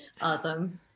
Awesome